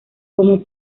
como